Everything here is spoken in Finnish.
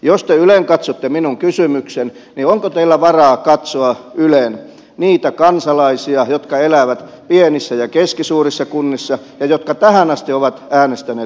jos te ylenkatsotte minun kysymykseni niin onko teillä varaa katsoa ylen niitä kansalaisia jotka elävät pienissä ja keskisuurissa kunnissa ja jotka tähän asti ovat äänestäneet kokoomusta